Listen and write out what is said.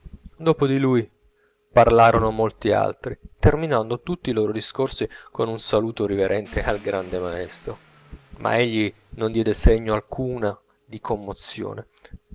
dopo di lui parlarono molti altri terminando tutti i loro discorsi con un saluto riverente al grande maestro ma egli non diede segno alcune di commozione